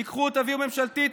תביאו הצעה ממשלתית,